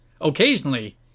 Occasionally